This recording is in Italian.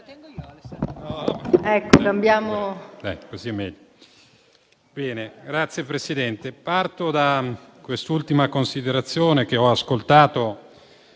Signor Presidente, parto dall'ultima considerazione che ho ascoltato